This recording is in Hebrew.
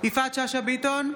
יפעת שאשא ביטון,